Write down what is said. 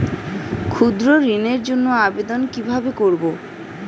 ক্ষুদ্র ঋণের জন্য আবেদন কিভাবে করব?